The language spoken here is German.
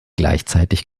gleichzeitig